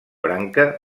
branca